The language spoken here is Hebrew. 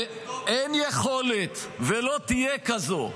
אתה חושב שהחוק הזה טוב?